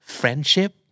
friendship